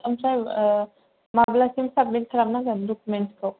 ओमफ्राय माब्लासिम साबमिट खालामनांगोन डकुमेन्ट्सखौ